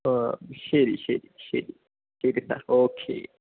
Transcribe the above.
ആ ശരി ശരി ശരി ശരി സാർ ഓക്കെ